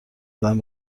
زدن